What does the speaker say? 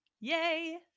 Yay